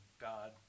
God